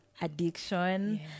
addiction